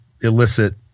illicit –